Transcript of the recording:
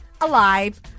alive